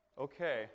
Okay